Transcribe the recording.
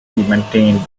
maintained